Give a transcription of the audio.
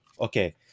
okay